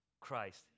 Christ